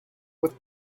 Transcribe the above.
with